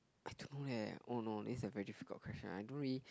I don't know leh oh no this is a very difficult question I don't really